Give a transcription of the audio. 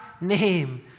name